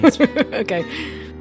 Okay